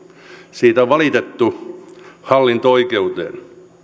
siitä on valitettu hallinto oikeuteen